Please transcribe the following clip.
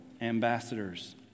ambassadors